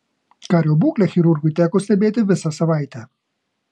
kario būklę chirurgui teko stebėti visą savaitę